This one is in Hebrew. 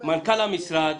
מנכ"ל המשרד,